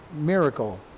miracle